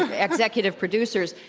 ah executive producers.